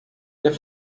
der